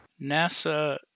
NASA